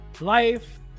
life